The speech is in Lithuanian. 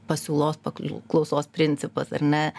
pasiūlos paklausos principas ar ne